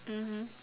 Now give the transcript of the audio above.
mmhmm